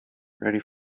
ready